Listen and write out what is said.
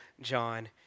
John